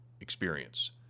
experience